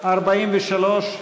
את 42 מורידים.